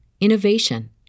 innovation